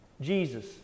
Jesus